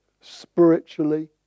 spiritually